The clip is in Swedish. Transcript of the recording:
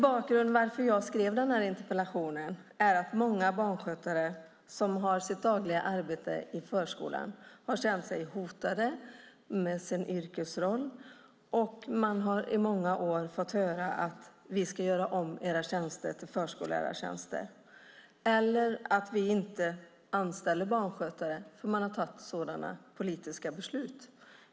Bakgrunden till att jag skrev interpellationen är att många barnskötare som har sitt dagliga arbete i förskolan har känt sig hotade i sin yrkesroll. De har i många år fått höra att deras tjänster ska göras om till förskollärartjänster eller att kommunerna inte anställer barnskötare för att man har tagit sådana politiska beslut.